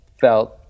felt